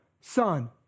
Son